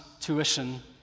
tuition